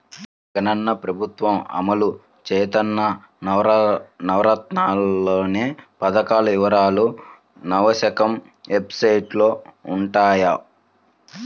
జగనన్న ప్రభుత్వం అమలు చేత్తన్న నవరత్నాలనే పథకాల వివరాలు నవశకం వెబ్సైట్లో వుంటయ్యి